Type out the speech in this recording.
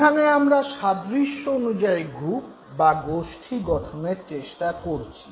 এখানে আমরা সাদৃশ্য অনুযায়ী গ্রুপ বা গোষ্ঠী গঠনের চেষ্টা করেছি